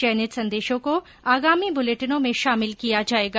चयनित संदेशों को आगामी बुलेटिनों में शामिल किया जाएगा